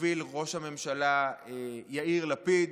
שהוביל ראש הממשלה יאיר לפיד,